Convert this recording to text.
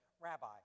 Rabbi